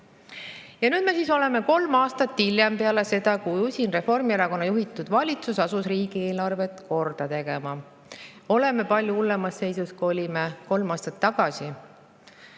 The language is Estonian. Ja nüüd me siis oleme kolm aastat peale seda, kui usin Reformierakonna juhitud valitsus asus riigieelarvet korda tegema, palju hullemas seisus, kui olime kolm aastat tagasi.